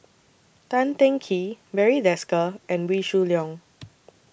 Tan Teng Kee Barry Desker and Wee Shoo Leong